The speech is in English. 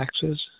taxes